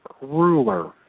ruler